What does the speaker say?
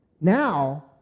Now